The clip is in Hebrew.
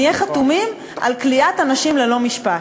נהיה חתומים על כליאת אנשים ללא משפט.